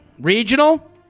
Regional